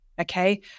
Okay